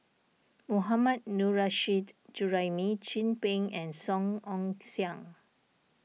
Mohammad Nurrasyid Juraimi Chin Peng and Song Ong Siang